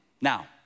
Now